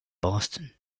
boston